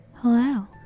Hello